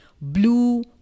blue